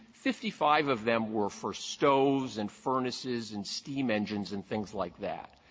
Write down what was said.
fifty five of them were for stoves and furnaces and steam engines and things like that.